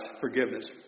forgiveness